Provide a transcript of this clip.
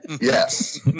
yes